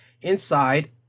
inside